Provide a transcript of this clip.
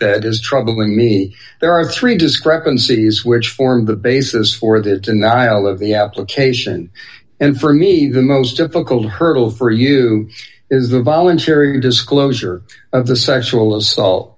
that is troubling me there are three discrepancies which form the basis for that and the aisle of the application and for me the most difficult hurdle for you is a voluntary disclosure of the sexual assault